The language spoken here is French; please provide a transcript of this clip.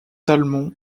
talmont